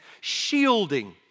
shielding